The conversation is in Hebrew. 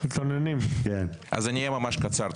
אני אהיה ממש קצר.